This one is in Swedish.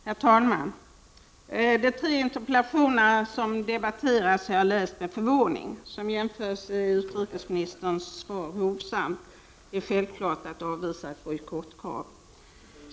Herr talman! De tre interpellationer som nu debatteras har jag läst med förvåning. Som jämförelse är utrikesministerns svar hovsamt. Det är självklart att avvisa ett bojkottkrav.